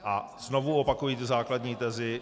A znovu opakuji základní tezi.